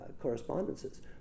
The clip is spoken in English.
correspondences